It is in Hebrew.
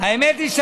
האמת היא,